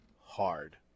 hard